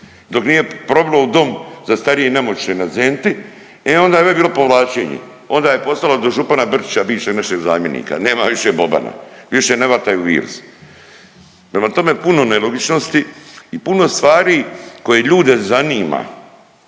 Dok nije probilo u dom za starije i nemoćne na … e onda je već bilo povlačenje, onda je postalo do župana Brčića bivšeg … zamjenika. Nema više Bobana, više ne vataju virus. Prema tome, puno nelogičnosti i puno stvari koje ljude zanima,